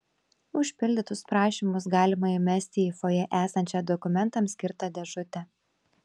užpildytus prašymus galima įmesti į fojė esančią dokumentams skirtą dėžutę